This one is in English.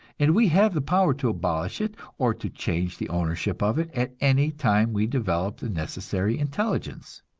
and we have the power to abolish it or to change the ownership of it at any time we develop the necessary intelligence.